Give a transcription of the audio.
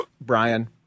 Brian